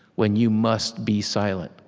when you must be silent.